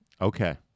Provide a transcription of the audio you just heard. Okay